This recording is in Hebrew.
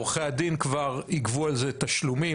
עורכי הדין כבר ייגבו על זה תשלומים.